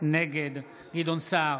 נגד גדעון סער,